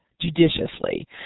judiciously